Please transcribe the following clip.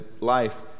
life